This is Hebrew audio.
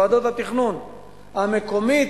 ועדות התכנון המקומיות.